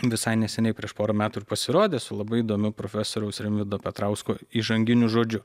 visai neseniai prieš porą metų ir pasirodė su labai įdomiu profesoriaus rimvydo petrausko įžanginiu žodžiu